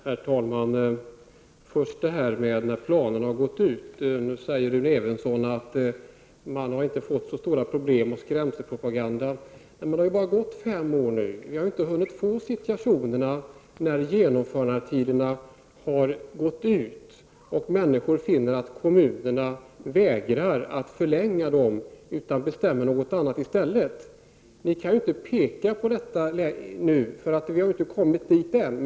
Herr talman! Först vill jag beröra förhållandet när genomförandetiden i planen har gått ut. Rune Evensson säger att man inte har fått så stora problem. Det har varit skrämselpropaganda. Men det har bara gått fem år. Vi har inte hunnit få situationer då genomförandetiderna har gått ut och människor finner att kommunerna vägrar att förlänga dem, utan bestämmer något annat i stället. Ni kan inte peka på detta nu, för vi har inte kommit dit än.